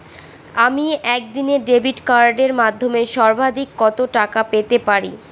আমি একদিনে ডেবিট কার্ডের মাধ্যমে সর্বাধিক কত টাকা পেতে পারি?